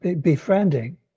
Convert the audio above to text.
befriending